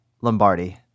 Lombardi